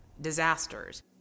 disasters